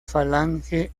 falange